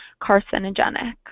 carcinogenic